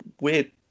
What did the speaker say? weird